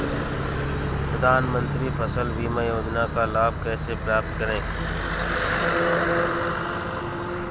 प्रधानमंत्री फसल बीमा योजना का लाभ कैसे प्राप्त करें?